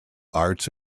arts